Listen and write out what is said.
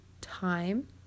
time